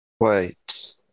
Wait